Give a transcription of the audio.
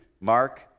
mark